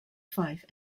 fife